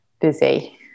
busy